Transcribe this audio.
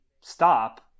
stop